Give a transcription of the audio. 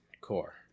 core